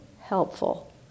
helpful